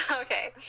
okay